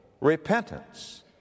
repentance